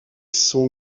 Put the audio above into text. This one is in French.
son